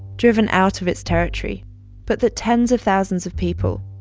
driven out of its territory but that tens of thousands of people,